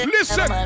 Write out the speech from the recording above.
Listen